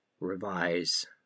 revise